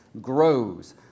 grows